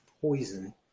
poison